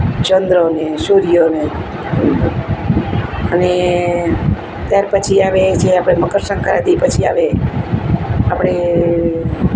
ચંદ્રને સુર્યને અને ત્યાર પછી આવે છે આપણે મકર સંક્રાંતિ પછી આવે આપણે